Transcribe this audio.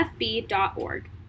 FB.org